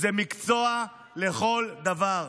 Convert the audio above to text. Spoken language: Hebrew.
זה מקצוע לכל דבר.